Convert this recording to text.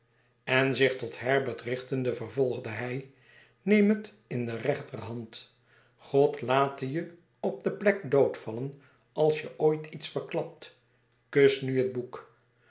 en zich tot herbert richtende vervolgde hij neem het in je rechterhand god late je op de plek doodvallen als je ooit iets verklapt kus nu het boek